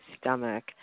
stomach